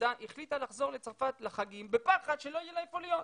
ילדה החליטה לחזור לצרפת בחגים בפחד שלא יהיה לה איפה להיות.